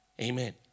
Amen